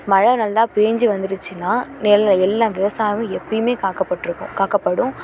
மழை நல்லா பெஞ்சி வந்துருச்சுன்னா நெல் எல்லா விவசாயமும் எப்பயுமே காக்கப்பட்டிருக்கும் காக்கப்படும்